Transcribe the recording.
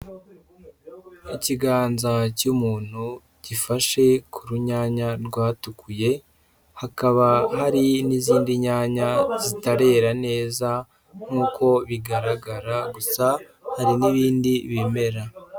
Ikiganza cy'umuntu gifashe ku runyanya rwatukuye, hakaba hari n'izindi nyanya zitarera neza nk'uko bigaragara gusa hari n'ibindi bimera.